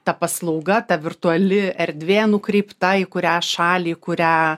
ta paslauga ta virtuali erdvė nukreipta į kurią šalį kurią